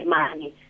money